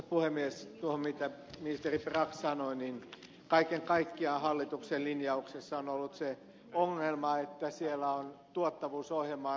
tuosta mitä ministeri brax sanoi totean että kaiken kaikkiaan hallituksen linjauksissa on ollut se ongelma että siellä on tuottavuusohjelmaa noudatettu